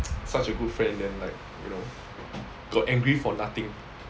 such a good friend then like you know got angry for nothing